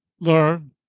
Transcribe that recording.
learn